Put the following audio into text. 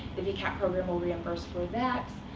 the vcap program will reimburse for that.